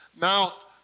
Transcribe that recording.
mouth